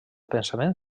pensament